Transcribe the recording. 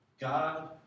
God